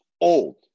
old